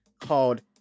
called